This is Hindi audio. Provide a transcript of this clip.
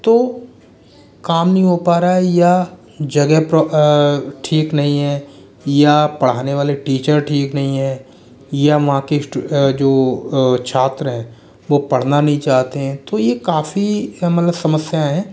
तो काम नहीं हो पा रहा है या जगह प्र ठीक नहीं है या पढ़ाने वाले टीचर ठीक नही हैं या वहाँ के जो श्टू छात्र हैं वो पढ़ना नहीं चाहते हैं तो यह काफ़ी मतलब समस्याऐं हैं